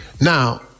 Now